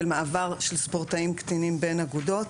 מעבר של ספורטאים קטינים בין אגודות,